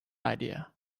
idea